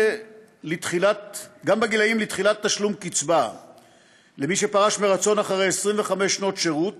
לתחילת תשלום קצבה למי שפרש מרצון אחרי 25 שנות שירות